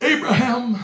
Abraham